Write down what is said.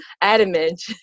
adamant